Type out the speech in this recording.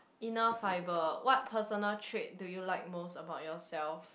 enough fibre what personal trait do you like most about yourself